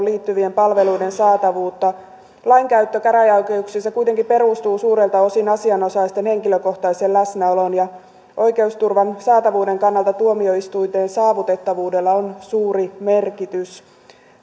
liittyvien palveluiden saatavuutta lainkäyttö käräjäoikeuksissa kuitenkin perustuu suurelta osin asianosaisten henkilökohtaiseen läsnäoloon ja oikeusturvan saatavuuden kannalta tuomioistuinten saavutettavuudella on suuri merkitys